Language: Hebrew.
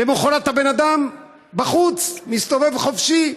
ולמוחרת הבן אדם בחוץ, מסתובב חופשי.